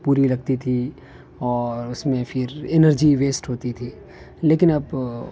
پوری لگتی تھی اور اس میں پھر اینرجی ویسٹ ہوتی تھی لیکن اب